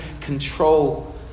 control